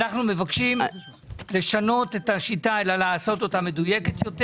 אנחנו מבקשים לשנות את השיטה ולעשות אותה מדויקת יותר.